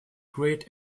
great